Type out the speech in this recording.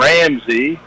Ramsey